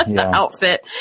outfit